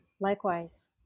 Likewise